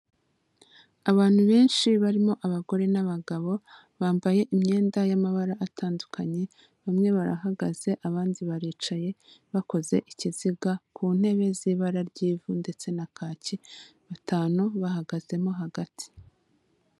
Abantu benshi barimo abagore n'abagabo bambaye imyenda y'amabara atandukanye, bamwe barahagaze abandi baricaye bakoze ikiziga ku ntebe z'ibara ry'ivu ndetse na kakiyi batanu bahagazemo hagati.